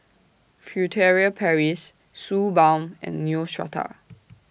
Furtere Paris Suu Balm and Neostrata